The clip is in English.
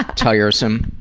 tiresome,